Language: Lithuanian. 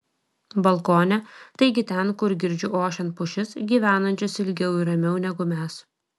balkone taigi ten kur girdžiu ošiant pušis gyvenančias ilgiau ir ramiau negu mes